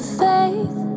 faith